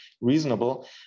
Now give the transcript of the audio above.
reasonable